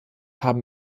haben